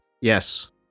yes